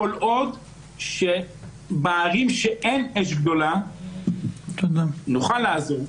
כל עוד שבערים שאין אש גדולה נוכל לעזור.